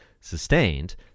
sustained